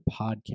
podcast